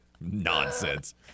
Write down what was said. Nonsense